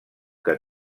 que